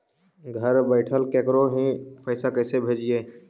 घर बैठल केकरो ही पैसा कैसे भेजबइ?